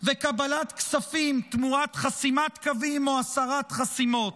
וקבלת כספים תמורת חסימת קווים או הסרת חסימות.